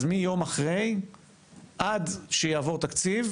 אז מיום אחרי עד שיעבור תקציב